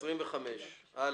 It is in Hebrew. הלאה.